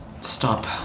stop